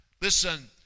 listen